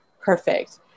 perfect